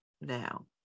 now